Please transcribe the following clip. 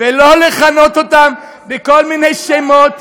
ולא לכנות אותם בכל מיני שמות.